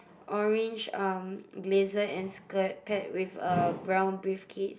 orange um blazer and skirt paired with a brown briefcase